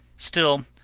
still,